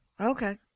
Okay